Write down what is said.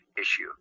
issue